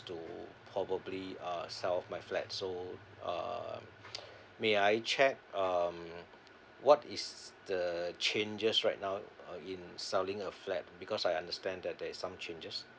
to probably uh sell off my flat so uh may I check um what is the changes right now in selling a flat because I understand that there's some changes